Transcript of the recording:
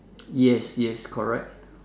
yes yes correct